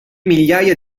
migliaia